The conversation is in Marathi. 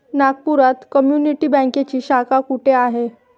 नागपुरात कम्युनिटी बँकेची शाखा कुठे आहे?